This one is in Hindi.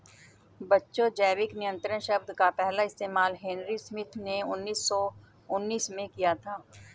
बच्चों जैविक नियंत्रण शब्द का पहला इस्तेमाल हेनरी स्मिथ ने उन्नीस सौ उन्नीस में किया था